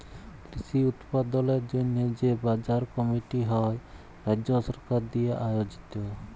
কৃষি উৎপাদলের জন্হে যে বাজার কমিটি হ্যয় রাজ্য সরকার দিয়া আয়জিত